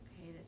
okay